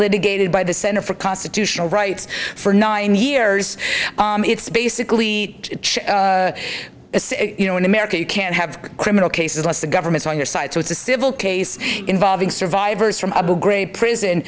litigated by the center for constitutional rights for nine years it's basically you know in america you can't have criminal cases what's the government on your side so it's a civil case involving survivors from abu ghraib prison